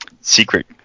Secret